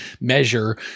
measure